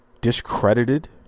discredited